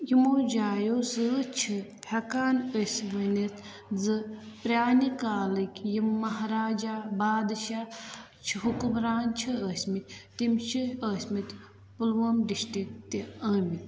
یِمو جایو سۭتۍ چھِ ہٮ۪کان أسۍ ؤنِتھ زٕ پرٛانہِ کالٕکۍ یِم مہراجا بادشاہ چھِ حُکُمران چھِ ٲسۍمٕتۍ تِم چھِ ٲسۍمٕتۍ پُلووم ڈِسٹِرٛک تہِ آمٕتۍ